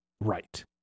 right